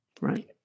right